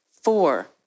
Four